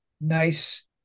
nice